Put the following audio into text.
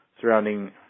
surrounding